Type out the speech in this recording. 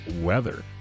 weather